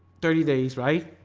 thirty days right?